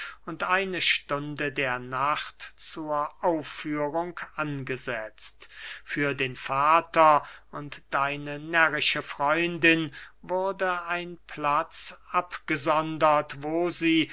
und eine stunde der nacht zur aufführung angesetzt für den vater und deine närrische freundin wurde ein platz abgesondert wo sie